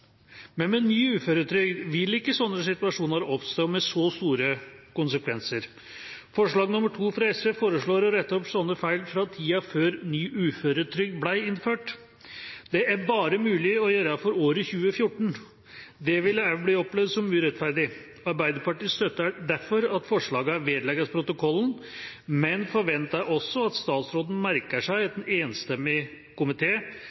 Men med ny uføretrygd vil ikke sånne situasjoner oppstå med så store konsekvenser. Forslag nr. 2 fra SV foreslår å rette opp sånne feil fra tida før ny uføretrygd ble innført. Det er bare mulig å gjøre for året 2014. Det ville også bli opplevd som urettferdig. Arbeiderpartiet støtter derfor at forslagene vedlegges protokollen, men forventer også at statsråden merker seg at en enstemmig